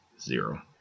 Zero